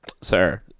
sir